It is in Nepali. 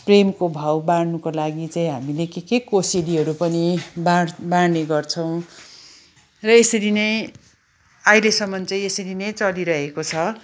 प्रेमको भाव बाड्नुको लागि चाहिँ हामीले के के कोसेलीहरू पनि बाड़ बाड्ने गर्छौँ र यसरी नै अहिलेसम्म चाहिँ यसरी नै चलिरहेको छ